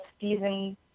season